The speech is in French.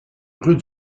rue